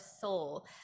soul